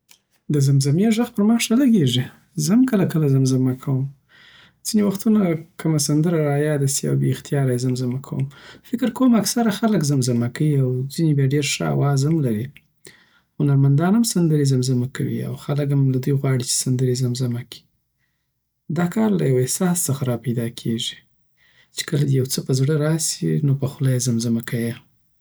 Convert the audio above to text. د زمزمی ږغ پرما ښه لګیږی زه هم کله کله زمزمه کوم ځینی وختونه کومه سندره یاد ته راسی او بی اختیاره یی زمزمه کوم فکر کوم اکثره خلک زمزمه کوی او ځینی بیا دیرښه اواز هم لری هنرمندان هم سندری زمزمه کوی او خلک هم له دوی غواړی چی سندری زمزمه کړی دا کار له یوه احساس څخه را پیداکیږی چی کله دی دی یوڅه په زړه راسی نو په خوله یی زمزمه کیی